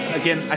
again